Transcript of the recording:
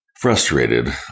Frustrated